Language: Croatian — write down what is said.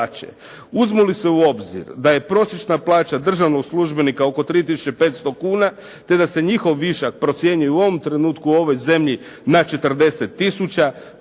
Uzmu li se u obzir da je prosječna plaća državnog službenika oko 3 tisuće i 500 kuna, te da se njihov višak procjenjuje u ovom trenutku, u ovoj zemlji na 40 tisuća,